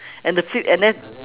and the feet and then